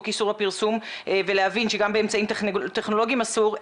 איסור הפרסום ולהבין שגם באמצעים טכנולוגיים אסור,